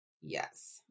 Yes